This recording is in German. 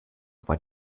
war